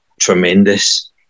tremendous